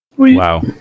Wow